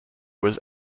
was